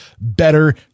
better